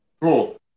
Cool